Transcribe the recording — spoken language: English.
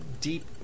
Deep